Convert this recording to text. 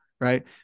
Right